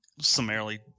summarily